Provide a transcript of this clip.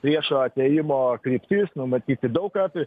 priešo atėjimo kryptis numatyti daug ką